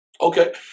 Okay